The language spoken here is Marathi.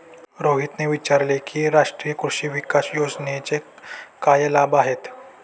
रोहितने विचारले की राष्ट्रीय कृषी विकास योजनेचे काय लाभ आहेत?